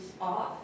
off